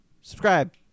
Subscribe